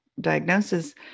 diagnosis